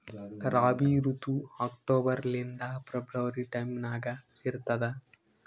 ರಾಬಿ ಋತು ಅಕ್ಟೋಬರ್ ಲಿಂದ February time ನಾಗ ಇರ್ತದ